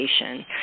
education